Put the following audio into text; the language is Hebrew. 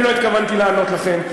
אני לא התכוונתי לענות לכם,